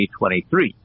2023